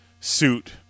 suit